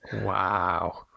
Wow